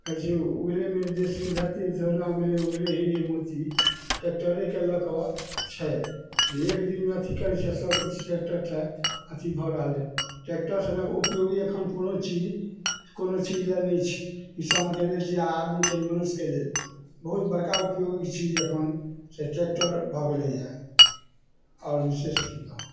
कहै छै उगले मेरे देश की धरती सोना उगले उगले हीरे मोती ट्रैकटरेके लऽ कऽ छै जे एक दिनमे अथी करै छै सबकिछु ट्रैकटरसे अथी भऽ रहलै ट्रैकटर सनक उपयोगी एखन कोनो चीज कोनो चीजलए नहि छै किसानके लेल जे आगूके मनुष्यके लेल बहुत बड़का उपयोगी चीज एखनसे ट्रैकटर भऽ गेलैए आओर विशेष कि कहब